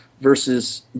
versus